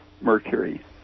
mercury